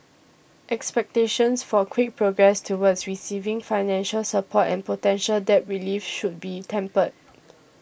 expectations for quick progress toward receiving financial support and potential debt relief should be tempered